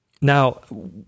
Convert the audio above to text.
Now